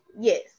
Yes